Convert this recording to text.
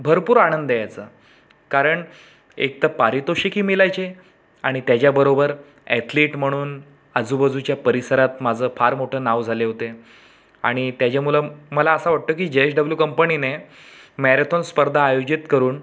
भरपूर आनंद यायचा कारण एक तर पारितोषिकही मिळायचे आणि त्याच्या बरोबर ॲथलीट म्हणून आजूबाजूच्या परिसरात माझं फार मोठं नाव झाले होते आणि त्याच्यामुळं मला असं वाटतं की जे एच डब्लू कंपनीने मॅरेथॉन स्पर्धा आयोजित करून